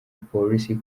polisi